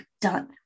done